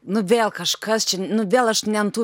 nu vėl kažkas čia vėl aš ne ant tų